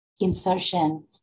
insertion